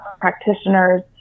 practitioners